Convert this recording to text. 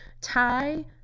Thai